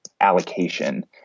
allocation